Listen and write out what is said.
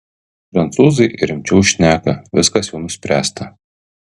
prancūzai rimčiau šneka viskas jau nuspręsta